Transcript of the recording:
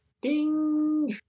Ding